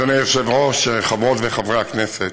אדוני היושב-ראש, חברות וחברי הכנסת,